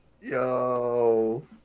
Yo